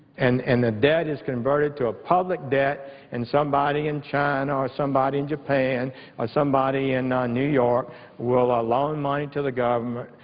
and and the debt is converted to a public debt and somebody in china or somebody in japan or somebody in new york will ah loan money to the government,